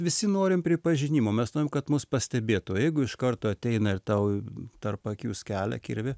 visi norim pripažinimo mes norim kad mus pastebėtų jeigu iš karto ateina ir tau tarp akių skelia kirvį